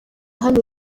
hano